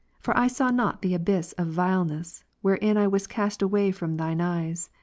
for i saw not the abyss of vileness, wherein i was cast away from thine eyes.